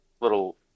little